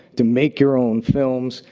to make your own films.